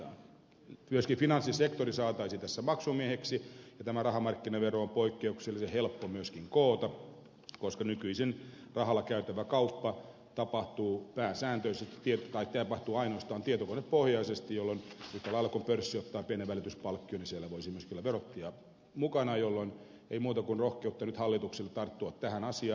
myöskin finanssisektori saataisiin tässä maksumieheksi ja tämä rahamarkkinavero on poikkeuksellisen helppo myöskin koota koska nykyisin rahalla käytävä kauppa tapahtuu ainoastaan tietokonepohjaisesti jolloin yhtä lailla kuin pörssi ottaa pienen välityspalkkion siellä voisi myöskin olla verottaja mukana jolloin ei muuta kuin rohkeutta nyt hallitukselle tarttua tähän asiaan